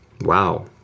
wow